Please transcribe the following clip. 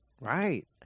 Right